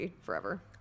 forever